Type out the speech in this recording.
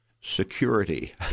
Security